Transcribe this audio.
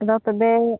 ᱟᱫᱚ ᱛᱚᱵᱮ